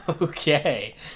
Okay